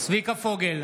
צביקה פוגל,